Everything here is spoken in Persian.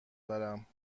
دارم